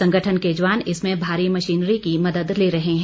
संगठन के जवान इसमें भारी मशीनरी की मदद ले रहे हैं